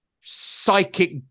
psychic